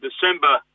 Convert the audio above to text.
December